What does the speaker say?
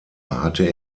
hatte